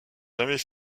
jamais